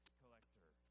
collector